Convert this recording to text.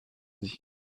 sich